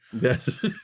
Yes